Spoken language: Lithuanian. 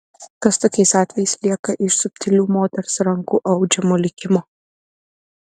kas tokiais atvejais lieka iš subtilių moters rankų audžiamo likimo